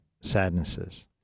sadnesses